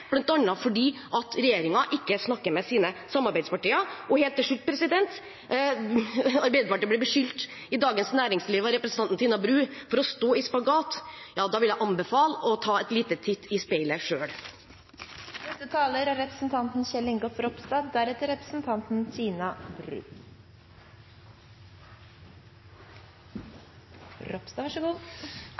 bl.a. fordi regjeringen ikke snakker med sine samarbeidspartier. Helt til slutt: Arbeiderpartiet blir i Dagens Næringsliv beskyldt av representanten Tina Bru for å stå i spagat. Da vil jeg anbefale å ta en liten titt i speilet